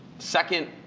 second,